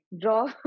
draw